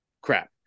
Crap